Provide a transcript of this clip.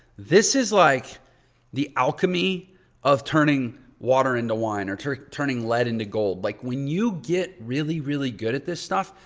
this is like the alchemy of turning water into wine or turning lead into gold. like when you get really, really good at this stuff,